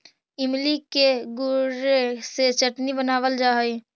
इमली के गुदे से चटनी बनावाल जा हई